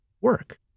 work